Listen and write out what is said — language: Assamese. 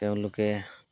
তেওঁলোকে